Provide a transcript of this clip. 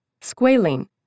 Squalene